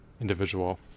individual